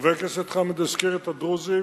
חבר הכנסת חמד עמאר הזכיר את הדרוזים,